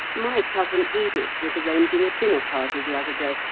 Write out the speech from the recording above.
my cousin edith was arranging a dinner-party the other day,